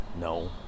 No